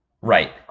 Right